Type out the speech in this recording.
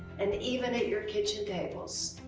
and even at your kitchen tables.